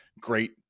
great